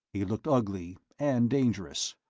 he looked ugly and dangerous.